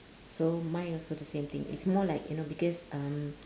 so mine also the same thing it's more like you know because um